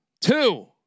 two